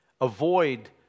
Avoid